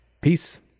Peace